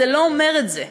זה לא אומר את זה.